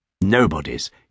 Nobody's